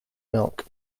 milk